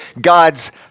God's